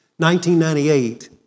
1998